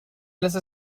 لحظه